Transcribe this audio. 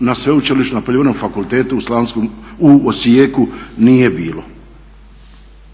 na Sveučilišno poljoprivrednom fakultetu u Osijeku nije bilo.